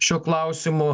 šiuo klausimu